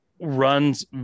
runs